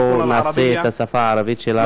בואו נעשה את השפה הערבית שלנו,